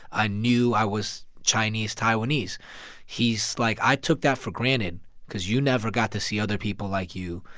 i knew i was chinese-taiwanese he's like, i took that for granted because you never got to see other people like you.